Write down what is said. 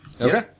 Okay